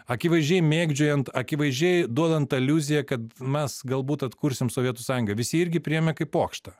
akivaizdžiai mėgdžiojant akivaizdžiai duodant aliuziją kad mes galbūt atkursim sovietų sąjungą visi irgi priėmė kaip pokštą